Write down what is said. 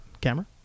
camera